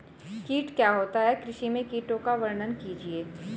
कीट क्या होता है कृषि में कीटों का वर्णन कीजिए?